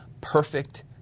perfect